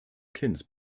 kind